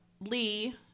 Lee